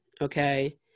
okay